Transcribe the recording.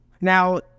Now